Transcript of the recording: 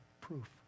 proof